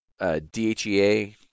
DHEA